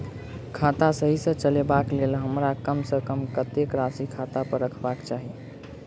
खाता सही सँ चलेबाक लेल हमरा कम सँ कम कतेक राशि खाता पर रखबाक चाहि?